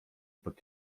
pod